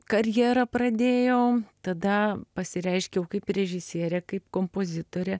karjerą pradėjau tada pasireiškiau kaip režisierė kaip kompozitorė